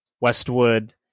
Westwood